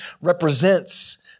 represents